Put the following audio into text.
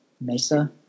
Mesa